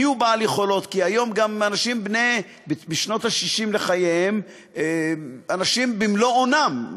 כי היום גם אנשים בשנות ה-60 לחיים הם אנשים במלוא אונם,